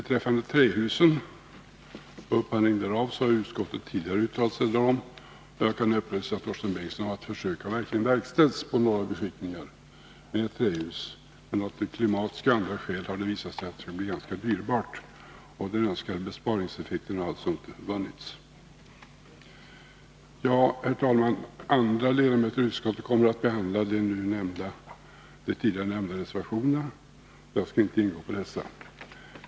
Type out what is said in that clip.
Trähusen och upphandlingen därav har utskottet tidigare uttalat sig om. Jag kan emellertid upplysa Torsten Bengtson om att försök med trähus verkligen har verkställts på några beskickningar men att dessa hus av klimatiska och andra skäl har visat sig bli ganska dyrbara. Den önskade besparingseffekten har alltså inte vunnits. Herr talman! Andra ledamöter i utskottet kommer att behandla de tidigare nämnda reservationerna. Jag skall därför inte gå in på dessa.